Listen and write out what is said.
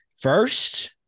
first